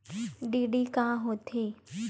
DD का होथे?